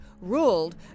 ruled